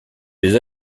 des